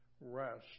rest